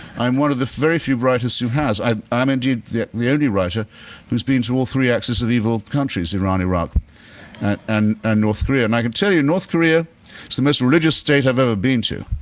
i'm one of the very few writers who has. i'm indeed the the only writer who's been to all three axis of evil countries, iran, iraq and and ah north korea. and i can tell you north korea is the most religious state i've ever been to.